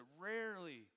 rarely